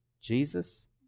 Jesus